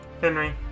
Henry